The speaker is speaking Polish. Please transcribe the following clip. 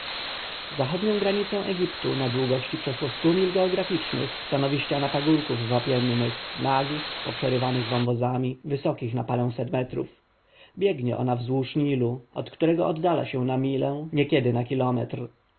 zachodnią granicę egiptu na długości przeszło stu mi geografii nych stanowi ściana pagórków wapiennych nagich poprzerywanych wąwozami wysokich na paręset metrów biegnie ona wzdłuż nilu od którego oddala się na milę niekiedy na kilometr